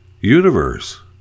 universe